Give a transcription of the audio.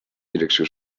direcció